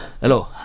Hello